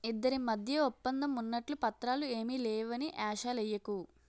ఇద్దరి మధ్య ఒప్పందం ఉన్నట్లు పత్రాలు ఏమీ లేవని ఏషాలెయ్యకు